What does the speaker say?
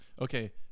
Okay